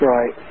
Right